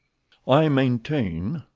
i maintain,